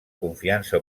confiança